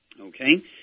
Okay